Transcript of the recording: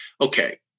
Okay